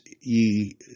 ye